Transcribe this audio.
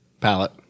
palette